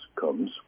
comes